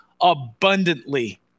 abundantly